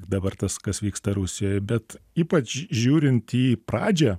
dabar tas kas vyksta rusijoj bet ypač žiūrint į pradžią